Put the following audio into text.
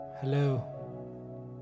Hello